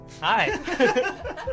Hi